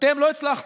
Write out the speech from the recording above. אתם לא הצלחתם